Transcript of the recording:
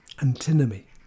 antinomy